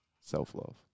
self-love